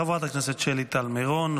חברת הכנסת שלי טל מירון,